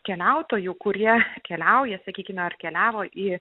keliautojų kurie keliauja sakykime ar keliavo į